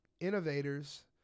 innovators